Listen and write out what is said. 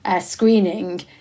screening